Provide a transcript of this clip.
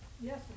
Yes